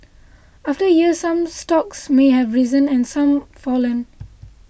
after a year some stocks may have risen and some fallen